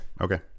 Okay